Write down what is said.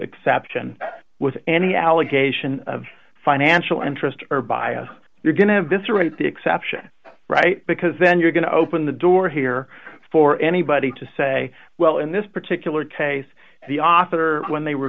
exception with any allegation of financial interest or bias you're going to have this are an exception right because then you're going to open the door here for anybody to say well in this particular case the author when they were